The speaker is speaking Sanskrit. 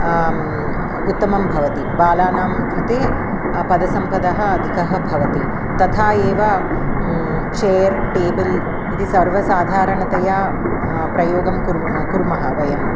उत्तमं भवति बालानां कृते पदसंपदः अधिकः भवति तथा एव चेर् टेबल् इति सर्वसाधारणतया प्रयोगं कुर्मः कुर्मः वयं